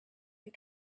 you